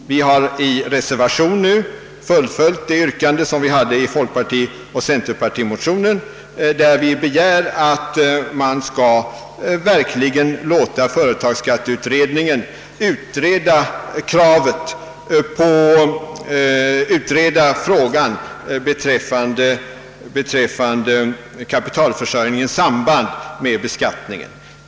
Vi har i reservation fullföljt ett yrkande som vi hade ställt i folkpartioch centerpartimotioner och begär att man skall låta företagsskatteutredningen utreda = kapitalförsörjningens samband med beskattningen.